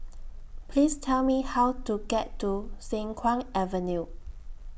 Please Tell Me How to get to Siang Kuang Avenue